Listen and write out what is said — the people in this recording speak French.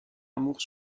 amour